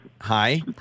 hi